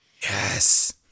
Yes